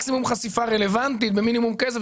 מקסימום חשיפה רלוונטית במינימום כסף.